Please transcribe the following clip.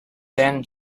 then